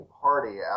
party